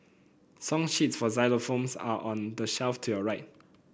song sheets for xylophones are on the shelf to your right